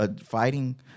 fighting